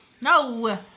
No